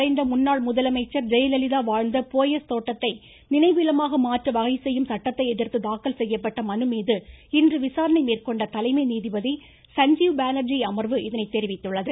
மறைந்த முன்னாள் முதலமைச்சர் ஜெயலலிதா வாழ்ந்த போயஸ் தோட்டத்தை நினைவு இல்லமாக மாற்ற வகை செய்யும் சட்டத்தை எதிர்த்து தாக்கல் செய்யப்பட்ட மனுமீது இன்று விசாரணை மேற்கொண்ட தலைமை நீதிபதி சஞ்சீவ் பானர்ஜி அமர்வு இதனை தெரிவித்துள்ளது